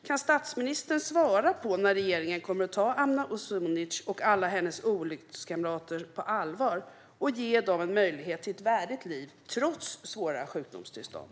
Kan statsministern svara på när regeringen kommer att ta Amna Uzunic och alla hennes olyckskamrater på allvar och ge dem en möjlighet till ett värdigt liv trots svåra sjukdomstillstånd?